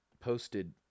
Posted